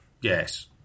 Yes